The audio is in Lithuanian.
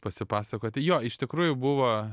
pasipasakot jo iš tikrųjų buvo